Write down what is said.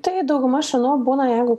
tai dauguma šunų būna jeigu